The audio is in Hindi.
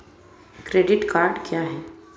क्रेडिट कार्ड क्या है?